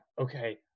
Okay